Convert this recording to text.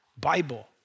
Bible